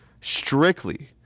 strictly